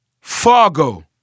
Fargo